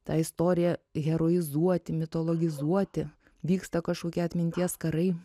tą istoriją heroizuoti mitologizuoti vyksta kažkokie atminties karai